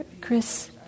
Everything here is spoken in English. Chris